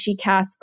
SheCast